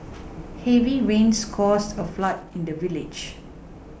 heavy rains caused a flood in the village